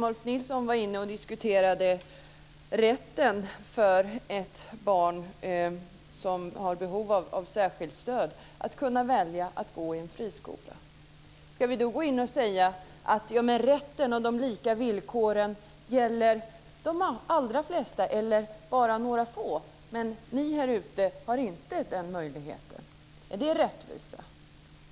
Ulf Nilsson var inne på rätten för ett barn med behov av särskilt stöd att kunna välja att gå i en friskola. Ska vi gå in och säga att rätten och de lika villkoren gäller de allra flesta eller bara några få, men ni här ute har inte den möjligheten? Är det rättvisa?